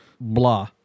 blah